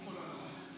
תודה, גברתי היושבת-ראש.